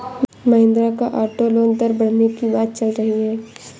महिंद्रा का auto loan दर बढ़ने की बात चल रही है